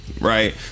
right